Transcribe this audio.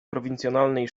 prowincjonalnej